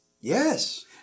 Yes